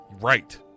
right